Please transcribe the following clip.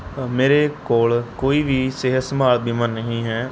ਮੇਰੇ ਕੋਲ ਕੋਈ ਵੀ ਸਿਹਤ ਸੰਭਾਲ ਬੀਮਾ ਨਹੀਂ ਹੈ